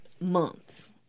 months